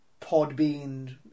Podbean